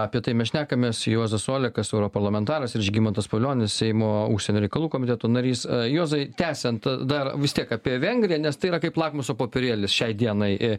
apie tai mes šnekamės juozas olekas europarlamentaras ir žygimantas pavilionis seimo užsienio reikalų komiteto narys juozai tęsiant dar vis tiek apie vengriją nes tai yra kaip lakmuso popierėlis šiai dienai